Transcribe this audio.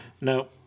No